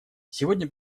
сегодня